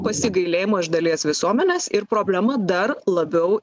pasigailėjimo iš dalies visuomenės ir problema dar labiau